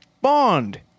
bond